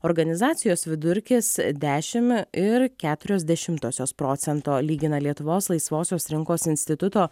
organizacijos vidurkis dešim ir keturios dešimtosios procento lygina lietuvos laisvosios rinkos instituto